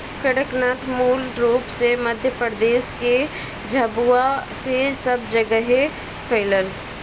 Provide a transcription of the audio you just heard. कड़कनाथ मूल रूप से मध्यप्रदेश के झाबुआ से सब जगेह फईलल